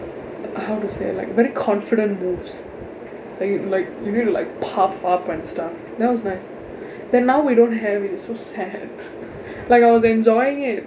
how to say like very confident moves they like you really like puff up and stuff that was nice then now we don't have it it's so sad like I was enjoying it